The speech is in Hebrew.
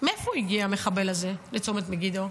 מאיפה הגיע המחבל הזה לצומת מגידו?